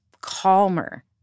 calmer